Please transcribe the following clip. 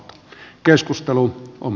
keskustelu on